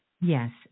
Yes